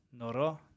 noro